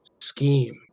scheme